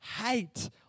hate